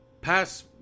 pass